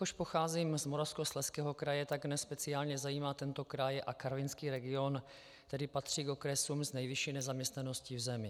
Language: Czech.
Jelikož pocházím z Moravskoslezského kraje, tak mě speciálně zajímá tento kraj a karvinský region, který patří k okresům s nejvyšší nezaměstnaností v zemi.